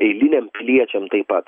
eiliniam piliečiam taip pat